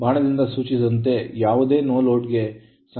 ಬಾಣದಿಂದ ಸೂಚಿಸಿದಂತೆ ಯಾವುದೇ no load load ಗೆ ಸಮಾನ ಸರ್ಕ್ಯೂಟ್ ಆಗಿದೆ